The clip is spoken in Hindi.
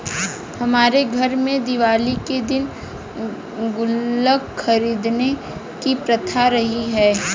हमारे घर में दिवाली के दिन गुल्लक खरीदने की प्रथा रही है